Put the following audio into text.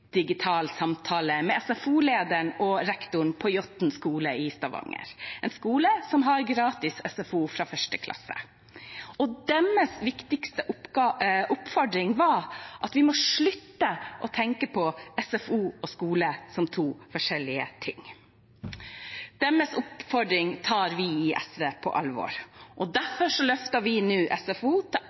digital samtale med SFO-lederen og rektor på Jåtten skole i Stavanger, en skole som har gratis SFO fra 1. klasse. Deres viktigste oppfordring var at vi må slutte å tenke på SFO og skole som to forskjellige ting. Deres oppfordring tar vi i SV på alvor. Derfor løfter vi nå SFO til